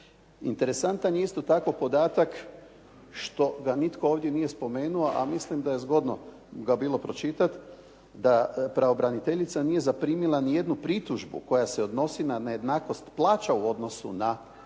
Interesantan je isto tako podatak što ga nitko ovdje nije spomenuo a mislim da je zgodno ga bilo pročitati da pravobraniteljica nije zaprimila nijednu pritužbu koja se odnosi na nejednakost plaća u odnosu na spol